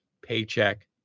paycheck